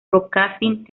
broadcasting